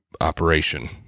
operation